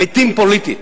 "מתים פוליטית".